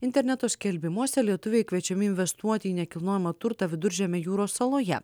interneto skelbimuose lietuviai kviečiami investuoti į nekilnojamą turtą viduržemio jūros saloje